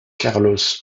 carlos